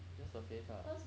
just surface lah